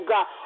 God